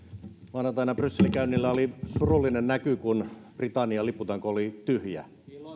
maanantaina brysselin käynnillä oli surullinen näky kun britannian lipputanko oli tyhjä